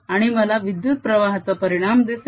आणि मला विद्युत प्रवाहचा परिणाम दिसेल